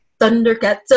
Thundercats